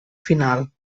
final